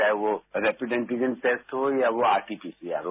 चाहे वह rapid antigen test हो या वो आरटीपीसीआर हो